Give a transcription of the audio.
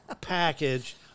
package